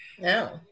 no